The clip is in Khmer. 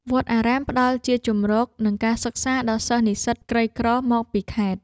វត្តអារាមផ្តល់ជាជម្រក និងការសិក្សាដល់សិស្សនិស្សិតក្រីក្រមកពីខេត្ត។